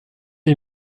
est